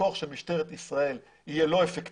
בכוח של משטרת ישראל יהיה לא אפקטיבי.